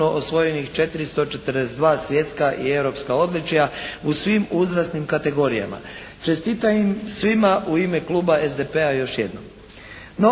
osvojenih 442 svjetska i europska odličja u svim uzrasnim kategorijama. Čestitam im svima u ime Kluba SDP-a još jednom.